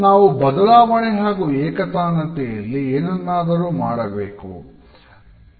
ನಾವು ಬದಲಾವಣೆ ಹಾಗು ಏಕ್ತಾನತೆಯಲ್ಲಿ ಏನ್ನನ್ನಾದರೂ ಆಯ್ಕೆ ಮಾಡಬೇಕು